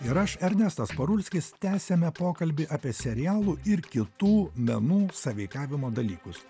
ir aš ernestas parulskis tęsiame pokalbį apie serialų ir kitų menų sąveikavimo dalykus